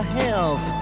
help